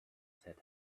said